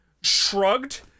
shrugged